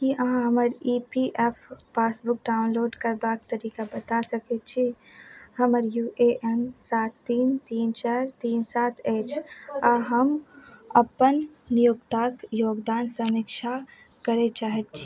की अहाँ हमर E P F passbook download करबाक तरीका बता सकय छी हमर यू ए एन सात तीन तीन चारि तीन सात अछि आओर हम अपन नियोक्ताक योगदान समीक्षा करय चाहय छी